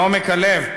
מעומק הלב,